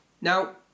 Now